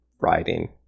writing